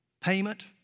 payment